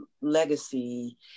legacy